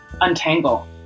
untangle